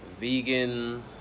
vegan